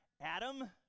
Adam